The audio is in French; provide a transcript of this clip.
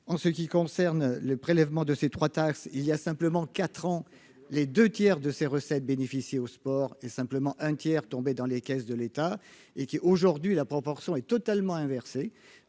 en ce qui concerne le prélèvement de ses 3 taxe il y a simplement 4 ans, les 2 tiers de ces recettes bénéficier aux sports et simplement un tiers tomber dans les caisses de l'État et qui est aujourd'hui la proportion est totalement inversée